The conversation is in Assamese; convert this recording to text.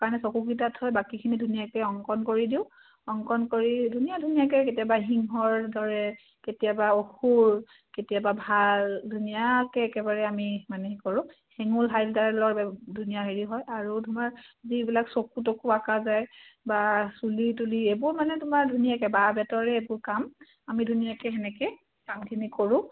কাৰণে চকুকেইটা থৈ বাকীখিনি ধুনীয়াকৈ অংকণ কৰি দিওঁ অংকণ কৰি ধুনীয়া ধুনীয়াকৈ কেতিয়াবা সিংহৰ দৰে কেতিয়াবা অসুৰ কেতিয়াবা ভাল ধুনীয়াকৈ একেবাৰে আমি মানে কৰোঁ হেঙুল হাইতালৰ ধুনীয়া হেৰি হয় আৰু তোমাৰ যিবিলাক চকু তকু অঁকা যায় বা চুলি তুলি এইবোৰ মানে তোমাৰ ধুনীয়াকৈ বাঁহ বেতৰে এইবোৰ কাম আমি ধুনীয়াকৈ তেনেকৈ কামখিনি কৰোঁ